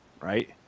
right